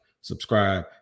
subscribe